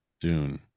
Dune